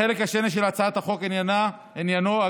החלק השני של הצעת החוק עניינו הגדלת